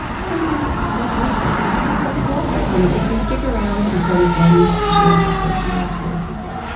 so many april birthdays. i love you all. now um if you stick around until the end of the episode you know i tell you a secret,